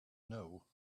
know